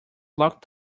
locked